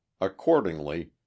accordingly